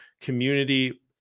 community